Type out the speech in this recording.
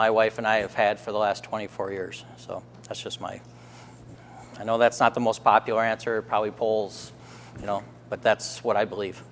my wife and i have had for the last twenty four years so that's just my i know that's not the most popular answer probably poles you know but that's what i believe